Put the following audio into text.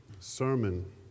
sermon